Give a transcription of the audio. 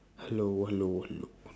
hello hello hello hell~